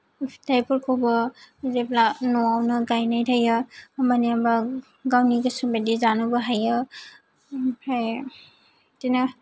फिथाइफोरखौबो जेब्ला न'आवनो गायनाय थायो होम्बानिया होम्बा गावनि गोसो बायदियै जानोबो हायो ओमफ्राय बिदिनो